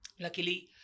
Luckily